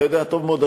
אתה יודע טוב מאוד,